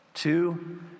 Two